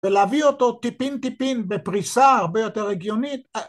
ולהביא אותו טיפין טיפין בפריסה הרבה יותר הגיונית